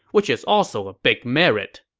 which is also a big merit.